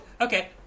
Okay